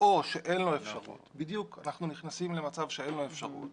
או שאין לו אפשרות בדיוק אנחנו נכנסים למצב שאין לו אפשרות